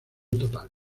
total